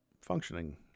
functioning